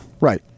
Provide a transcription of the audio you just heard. Right